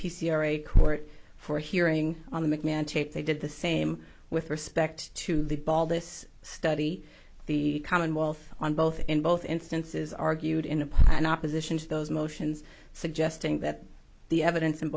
p c or a court for hearing on the mcmahon tape they did the same with respect to the ball this study the commonwealth on both in both instances argued in opposition to those motions suggesting that the evidence